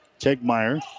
Tegmeyer